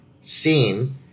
seen